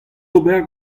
ober